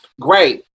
great